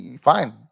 fine